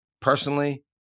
personally